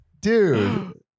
Dude